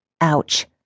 Ouch